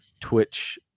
twitch